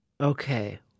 Okay